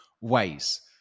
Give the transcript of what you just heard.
ways